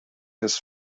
his